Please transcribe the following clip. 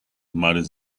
mares